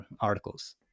articles